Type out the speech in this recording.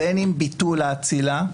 בין אם ביטול האצילה,